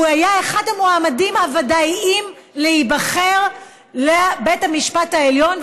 הוא היה אחד המועמדים הוודאיים להיבחר לבית המשפט העליון,